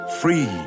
Free